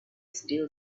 still